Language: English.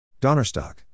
Donnerstock